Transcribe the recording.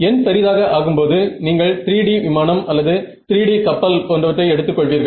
n பெரிதாக ஆகும்போது நீங்கள் 3D விமானம் அல்லது 3D கப்பல் போன்றவற்றை எடுத்துக் கொள்வீர்கள்